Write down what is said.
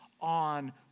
on